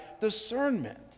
discernment